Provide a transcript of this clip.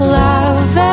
love